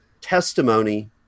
testimony